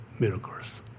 Miracles